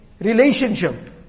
relationship